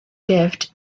gift